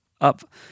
up